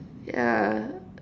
yeah